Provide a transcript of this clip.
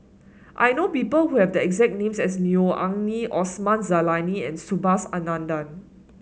I know people who have the exact name as Neo Anngee Osman Zailani and Subhas Anandan